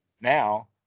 now